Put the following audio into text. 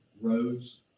roads